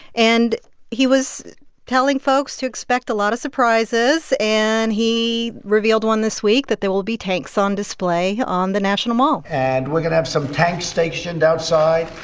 and he was telling folks to expect a lot of surprises. and he revealed one this week, that there will be tanks on display on the national mall and we're going to have some tanks stationed outside.